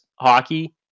hockey